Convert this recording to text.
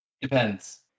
Depends